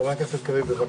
חבר הכנסת קריב בבקשה.